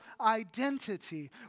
identity